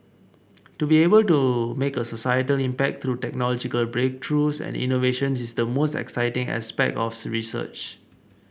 to be able to make a societal impact through technological breakthroughs and innovations is the most exciting aspect of research